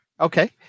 Okay